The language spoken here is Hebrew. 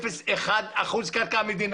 0.01% קרקע מדינה